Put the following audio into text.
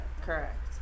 Correct